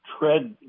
tread